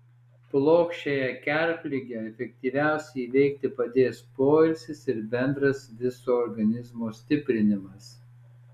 plokščiąją kerpligę efektyviausiai įveikti padės poilsis ir bendras viso organizmo stiprinimas